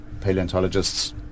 paleontologists